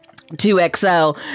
2XL